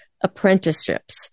apprenticeships